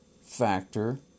factor